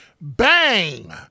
Bang